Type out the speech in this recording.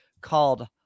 called